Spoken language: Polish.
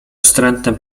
wstrętne